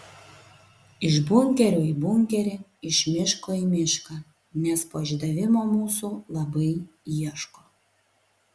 iš bunkerio į bunkerį iš miško į mišką nes po išdavimo mūsų labai ieško